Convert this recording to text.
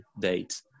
date